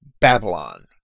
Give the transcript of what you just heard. Babylon